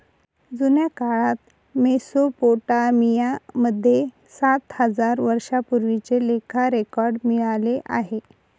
जुन्या काळात मेसोपोटामिया मध्ये सात हजार वर्षांपूर्वीचे लेखा रेकॉर्ड मिळाले आहे